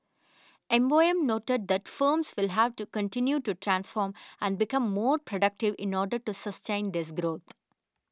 M O M noted that firms will have to continue to transform and become more productive in order to sustain this growth